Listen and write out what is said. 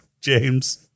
James